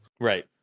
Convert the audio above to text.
Right